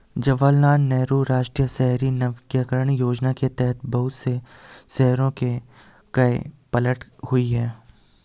जवाहरलाल नेहरू राष्ट्रीय शहरी नवीकरण योजना के तहत बहुत से शहरों की काया पलट हुई है